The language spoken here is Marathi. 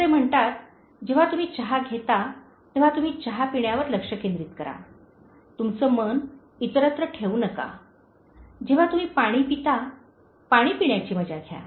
जसे ते म्हणतात जेव्हा तुम्ही चहा घेता तेव्हा तुम्ही चहा पिण्यावर फक्त लक्ष केंद्रित करा तुमचे मन इतरत्र ठेवू नका जेव्हा तुम्ही पाणी पिता पाणी पिण्याची मजा घ्या